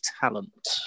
talent